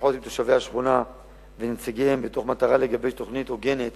ושיחות עם תושבי השכונה ונציגיהם מתוך מטרה לגבש תוכנית הוגנת